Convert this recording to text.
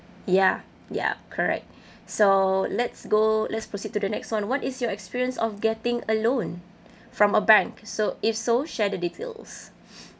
ya ya correct so let's go let's proceed to the next [one] what is your experience of getting a loan from a bank so if so share the details